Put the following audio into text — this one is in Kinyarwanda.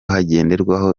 hagenderwa